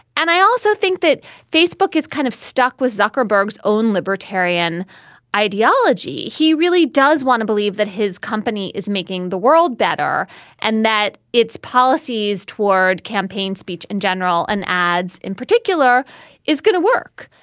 and i also think that facebook is kind of stuck with zucker berg's own libertarian ideology. he really does want to believe that his company is making the world better and that its policies toward campaign speech in general and ads in particular is going to work.